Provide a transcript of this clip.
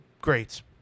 greats